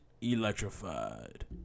electrified